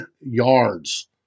yards